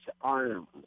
arms